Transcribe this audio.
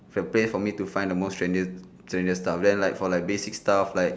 is the place for me to find the most trendiest trendiest stuff then like for like basic stuff like